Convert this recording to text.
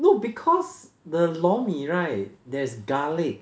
no because the lor mee right there's garlic